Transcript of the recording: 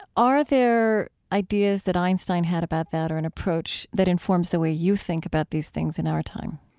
are there ideas that einstein had about that, or an approach that informs the way you think about these things in our time?